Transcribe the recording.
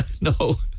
No